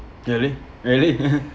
really really